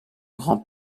grand